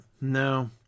no